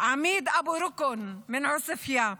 עמיד אבו רוקן מעוספיא,